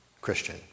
Christian